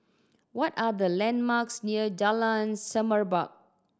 what are the landmarks near Jalan Semerbak